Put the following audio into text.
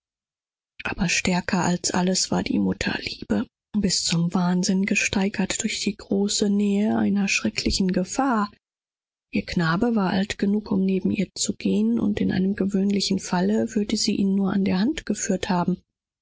aber stärker als alles war das gefühl der mutterliebe welches sich vor der so nahe drohenden schrecklichen gefahr zu einem paroxismus von raserei steigerte ihr knabe war alt genug um an ihrer seite gehen zu können und unter anderen umständen würde sie ihn nur an der hand geführt haben